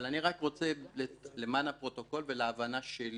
אני רוצה למען הפרוטוקול ולהבנה שלי